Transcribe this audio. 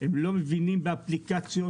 הם לא מבינים באפליקציות,